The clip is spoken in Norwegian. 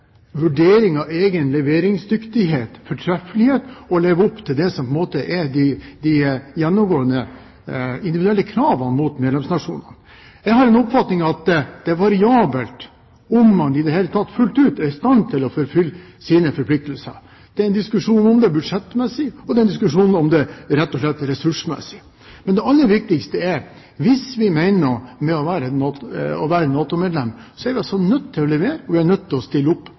det som er de gjennomgående individuelle kravene til medlemsnasjonene. Jeg har en oppfatning av at det er variabelt om man i det hele tatt fullt ut er i stand til å oppfylle sine forpliktelser. Det er en diskusjon om det budsjettmessig, og det er en diskusjon om det rett og slett ressursmessig. Men det aller viktigste er at hvis vi mener noe med å være NATO-medlem, er vi nødt til å levere, og vi er nødt til å stille opp.